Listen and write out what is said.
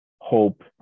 hope